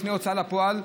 בפני הוצאה לפועל,